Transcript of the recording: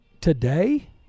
today